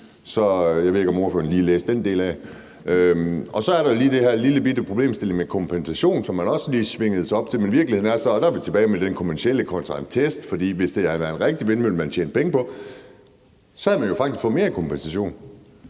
Så jeg ved ikke, om ordføreren lige læste den del af det. Og så er der den her lillebitte problemstilling med kompensation, hvor man også lige svingede sig op, og der er vi tilbage til det med det kommercielle kontra test, for hvis det havde været en vindmølle, man tjente penge på, havde man jo faktisk fået mere i kompensation.